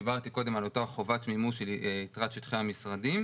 דיברתי קודם על אותה חובת מימוש יתרת שטחי המשרדים.